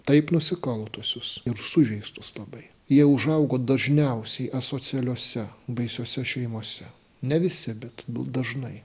taip nusikaltusius ir sužeistus labai jie užaugo dažniausiai asocialiose baisiose šeimose ne visi bet dažnai